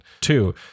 Two